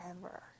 forever